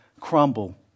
crumble